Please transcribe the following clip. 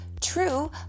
True